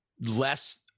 less